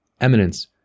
Eminence